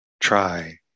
try